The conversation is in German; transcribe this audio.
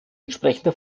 entsprechende